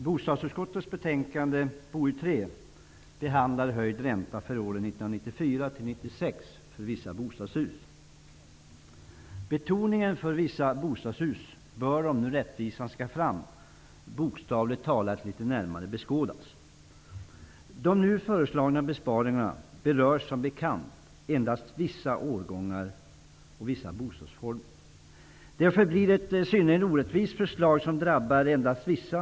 Fru talman! I bostadsutskottets betänkande Betoningen på ''vissa bostadshus'' bör, om rättvisan skall fram, bokstavligt talat litet närmare beskådas. De nu föreslagna besparingarna berör som bekant endast vissa årgångar och vissa bostadsformer. Därför blir det ett synnerligen orättvist förslag, som drabbar endast vissa.